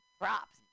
props